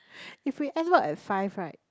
if we end work at five right